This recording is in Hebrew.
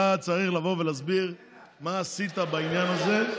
אתה צריך לבוא ולהסביר מה עשית בעניין הזה.